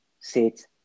sit